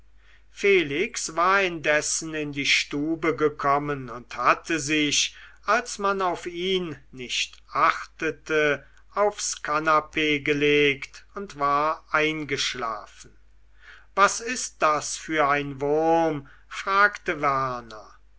felix war indessen in die stube gekommen und hatte sich als man auf ihn nicht achtete aufs kanapee gelegt und war eingeschlafen was ist das für ein wurm fragte werner